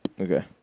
okay